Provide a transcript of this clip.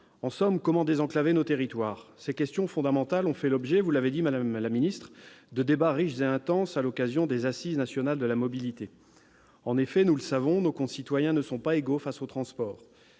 En somme, comment désenclaver nos territoires ? Ces questions fondamentales ont fait l'objet, vous l'avez dit, madame la ministre, de débats riches et intenses à l'occasion des Assises nationales de la mobilité. En effet, nous le savons, nos concitoyens ne sont pas égaux face aux transports.